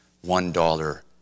one-dollar